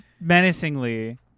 menacingly